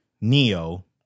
neo